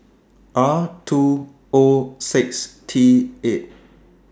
R two O six T eight